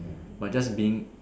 but just been